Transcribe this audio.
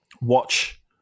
watch